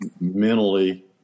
mentally